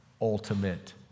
ultimate